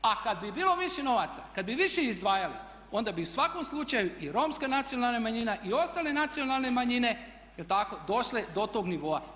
A kad bi bilo više novaca, kad bi više izdvajali onda bi u svakom slučaju i romska nacionalna manjina i ostale nacionalne manjine, jel' tako, došle do tog nivoa.